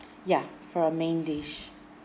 yeah for a main dish